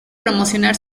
promocionar